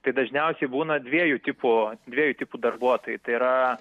tai dažniausiai būna dviejų tipų dviejų tipų darbuotojai tai yra